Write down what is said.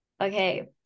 Okay